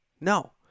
No